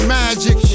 magic